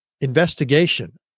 investigation